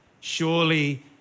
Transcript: Surely